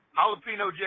Jalapeno